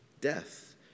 death